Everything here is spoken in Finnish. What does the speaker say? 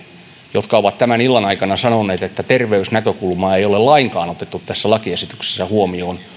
jotka ovat tämän illan aikana sanoneet että terveysnäkökulmaa ei ole lainkaan otettu tässä lakiesityksessä huomioon